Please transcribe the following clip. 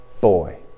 boy